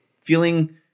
feeling